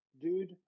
dude